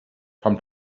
from